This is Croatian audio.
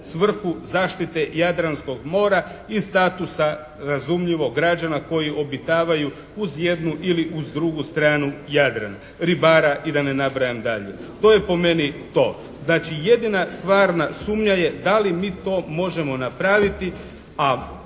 svrhu zaštite Jadranskog mora i statusa razumljivo građana koji obitavaju uz jednu ili uz drugu stranu Jadrana, ribara i da ne nabrajam dalje. To je po meni to. Znači jedina stvarna sumnja je da li mi to možemo napraviti a